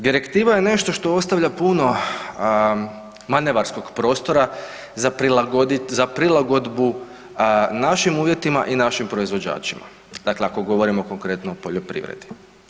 Direktiva je nešto što ostavlja puno manevarskog prostora za prilagodbu našim uvjetima i našim proizvođačima, dakle ako govorimo konkretno o poljoprivredi.